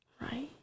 right